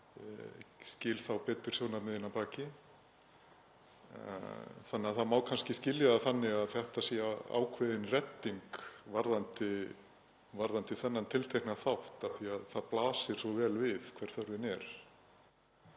skil þá betur sjónarmiðin að baki. Það má kannski skilja það þannig að þetta sé ákveðin redding varðandi þennan tiltekna þátt af því að það blasir svo vel við hver þörfin er.